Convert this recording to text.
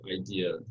idea